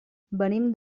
venim